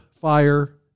Fire